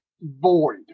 void